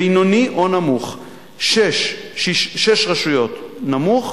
בינוני או נמוך, שש רשויות נמוך,